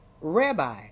Rabbi